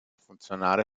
funzionare